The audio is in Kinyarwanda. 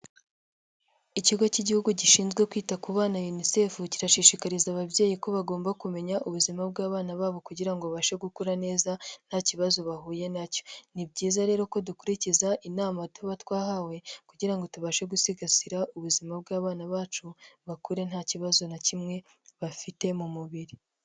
Ikigo cy'igihugu gishinzwe kwita ku bana UNICEF, kirashishikariza ababyeyi ko bagomba kumenya ubuzima bw'abana babo, kugira ngo bashe gukura neza nta kibazo bahuye nacyo. Ni byiza rero ko dukurikiza inama tuba twahawe, kugira ngo tubashe gusigasira ubuzima bw'abana bacu, bakure nta kibazo na kimwe bafite mu mubiri.